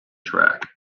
track